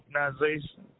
organization